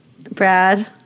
Brad